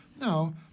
no